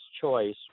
choice